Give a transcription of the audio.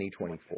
2024